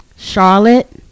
Charlotte